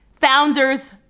founders